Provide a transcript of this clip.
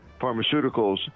pharmaceuticals